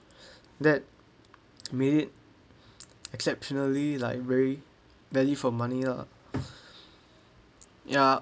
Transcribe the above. that made it exceptionally like very value for money lah ya